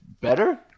better